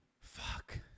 Fuck